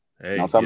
hey